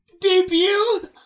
debut